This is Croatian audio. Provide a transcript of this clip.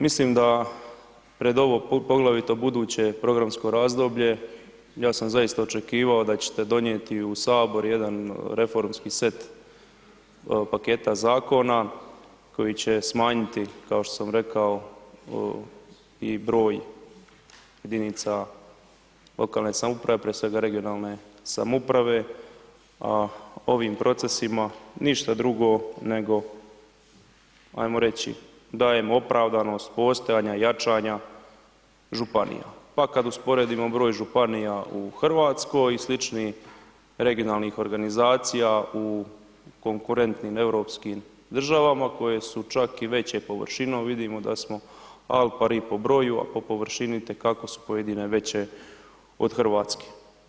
Mislim da pred ovo poglavito buduće programsko razdoblje, ja sam zaista očekivao da ćete donijeti u HS jedan reformski set paketa zakona koji će smanjiti, kao što sam rekao i broj jedinica lokalne samouprave, prije svega regionalne samouprave, a ovim procesima ništa drugo nego ajmo reći dajem opravdanost postojanja, jačanja županija, pa kad usporedimo broj županija u RH i sličnih regionalnih organizacija u konkurentnim europskim državama koje su čak i veće površinom, vidimo da smo alpari i po broju, a po površini itekako su pojedine veće od RH.